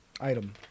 item